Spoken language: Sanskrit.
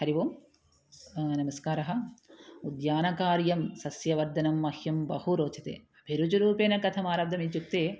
हरिः ओम् नमस्कारः उद्यानकार्यं सस्यवर्धनं मह्यं बहु रोचते फिरुजु रूपेण कथम् आरब्धमित्युक्ते